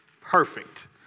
perfect